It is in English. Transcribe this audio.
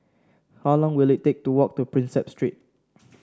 how long will it take to walk to Prinsep Street